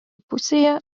pusėje